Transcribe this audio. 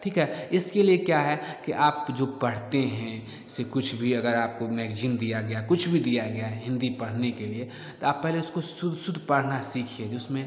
ठीक है इसके लिए क्या है कि आप जो पढ़ते हैं जैसे कुछ भी अगर आपको मैगजीन दिया गया कुछ भी दिया गया है हिन्दी पढ़ने के लिए तो आप पहले उसको शुद्ध शुद्ध पढ़ना सीखिए जो उसमें